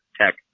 tech